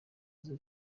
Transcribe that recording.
azi